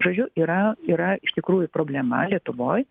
žodžiu yra yra iš tikrųjų problema lietuvoj